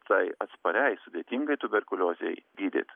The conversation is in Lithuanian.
tai atspariai sudėtingai tuberkuliozei gydyt